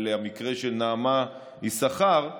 על המקרה של נעמה יששכר,